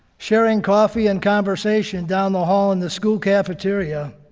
sharing coffee and conversation down the hall in the school cafeteria,